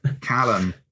Callum